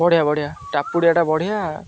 ବଢ଼ିଆ ବଢ଼ିଆ ଟାକୁୁଡ଼ିଆଟା ବଢ଼ିଆ